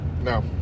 no